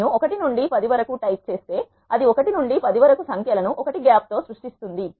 నేను 1 నుండి 10 వరకు టైప్ చేస్తే అది 1 నుండి 10 వరకు సంఖ్య లను 1 గ్యాప్ తో సృష్టిస్తుంది